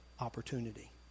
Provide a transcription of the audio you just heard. opportunity